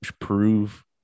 prove